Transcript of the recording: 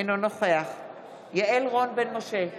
אינו נוכח יעל רון בן משה,